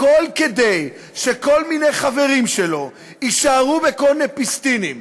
הכול כדי שכל מיני חברים שלו יישארו בכל מיני פיסטינים.